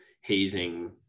hazing